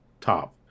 top